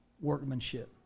workmanship